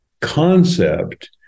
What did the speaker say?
concept